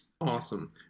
Awesome